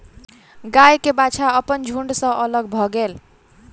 गाय के बाछा अपन झुण्ड सॅ अलग भअ गेल